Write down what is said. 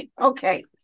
Okay